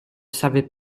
savait